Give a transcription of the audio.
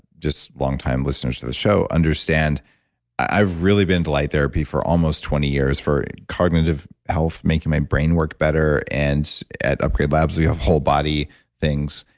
just long-time listeners to the show understand i've really been into light therapy for almost twenty years for cognitive health, making my brain work better, and at upgrade labs we have whole-body things.